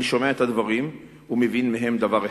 אני שומע את הדברים ומבין מהם דבר אחד,